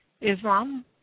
Islam